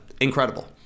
incredible